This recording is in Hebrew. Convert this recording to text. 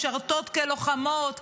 משרתות כלוחמות,